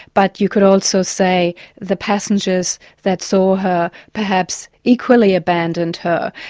but you could also say the passengers that saw her perhaps equally abandoned her.